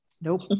Nope